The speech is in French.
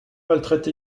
maltraite